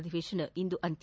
ಅಧಿವೇಶನ ಇಂದು ಅಂತ್ಯ